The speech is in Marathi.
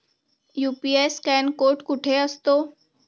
यु.पी.आय स्कॅन कोड कुठे असतो?